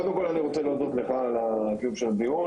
קודם כל אני רוצה להודות לך על הקיום של הדיון